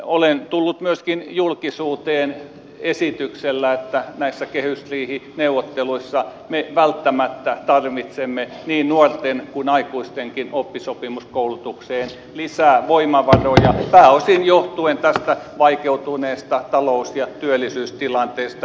olen tullut myöskin julkisuuteen esityksellä että näissä kehysriihineuvotteluissa me välttämättä tarvitsemme niin nuorten kuin aikuistenkin oppisopimuskoulutukseen lisää voimavaroja pääosin johtuen tästä vaikeutuneesta talous ja työllisyystilanteesta